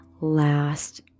last